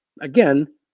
Again